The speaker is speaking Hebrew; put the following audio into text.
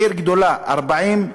עיר גדולה: 40,